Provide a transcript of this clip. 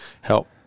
help